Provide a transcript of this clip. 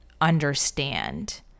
understand